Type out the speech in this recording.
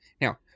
Now